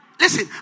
Listen